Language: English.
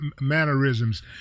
mannerisms